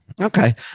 Okay